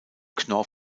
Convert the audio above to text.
knorr